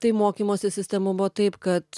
tai mokymosi sistema buvo taip kad